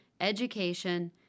education